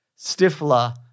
Stifler